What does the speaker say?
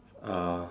uh